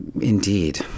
indeed